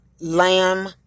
lamb